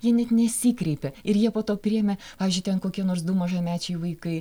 jie net nesikreipė ir jie po to priėmė pavyzdžiui ten kokie nors du mažamečiai vaikai